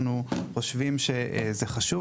אנחנו חושבים שזה חשוב,